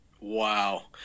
wow